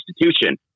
institution